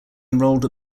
enrolled